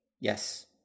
Yes